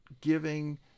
giving